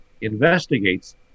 investigates